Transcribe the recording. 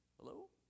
Hello